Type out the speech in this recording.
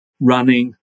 running